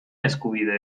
eskubide